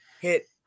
hit